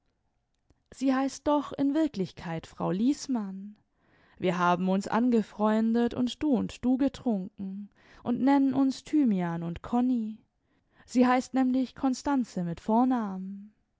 sie heißt doch in wirklichkeit frau liesmann wir haben uns angefreundet und du und du getrunken und nennen uns thymian und konni sie heißt nämlich konstanze mit vornamen